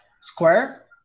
square